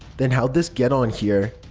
then how'd this get on here?